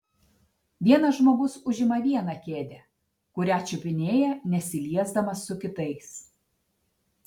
vienas žmogus užima vieną kėdę kurią čiupinėja nesiliesdamas su kitais